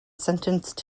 sentenced